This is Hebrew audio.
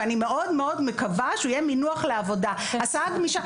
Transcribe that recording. ואני מאוד מקווה שהוא יהיה מינוח לעבודה הסעה גמישה.